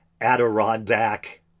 Adirondack